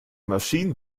maschinen